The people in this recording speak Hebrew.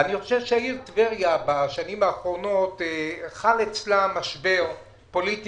אני חושב שבשנים האחרונות חל בעיר טבריה משבר פוליטי